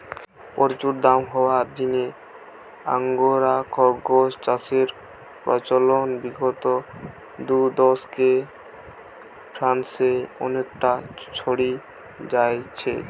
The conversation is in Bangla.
প্রচুর দাম হওয়ার জিনে আঙ্গোরা খরগোস চাষের প্রচলন বিগত দুদশকে ফ্রান্সে অনেকটা ছড়ি যাইচে